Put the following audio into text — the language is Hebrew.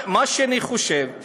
מה שאני חושב,